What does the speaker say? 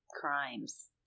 crimes